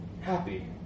happy